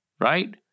right